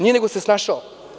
Nije, nego se snašao.